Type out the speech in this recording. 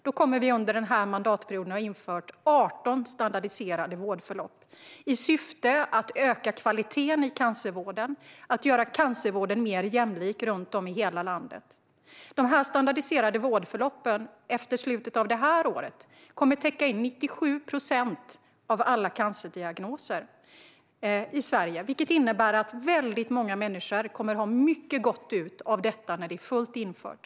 Då kommer vi under den här mandatperioden att ha infört 18 standardiserade vårdförlopp i syfte att öka kvaliteten i cancervården och göra cancervården mer jämlik runt om i hela landet. Vid slutet av det här året kommer de standardiserade vårdförloppen att täcka in 97 procent av alla cancerdiagnoser i Sverige, och väldigt många människor kommer att få mycket gott av detta när det är fullt infört.